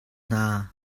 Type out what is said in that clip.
hna